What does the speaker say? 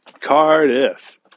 Cardiff